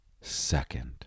second